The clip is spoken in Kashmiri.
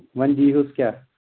وۄنۍ دیٖہُس کیٛاہ